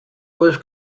was